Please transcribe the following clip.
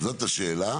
זאת השאלה,